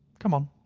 come on!